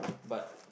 but